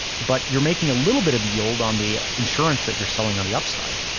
but you're making a little bit of yield on the insurance that you're selling on the upside.